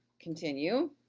continue.